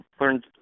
learned